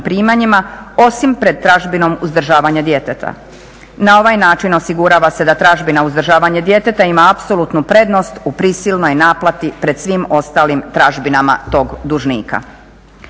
primanjima osim pred tražbinom uzdržavanja djeteta. Na ovaj način osigurava se da tražbina uzdržavanje djeteta ima apsolutnu prednost u prisilnoj naplati pred svim ostalim tražbinama tog dužnika.